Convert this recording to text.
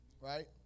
Right